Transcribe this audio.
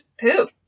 poop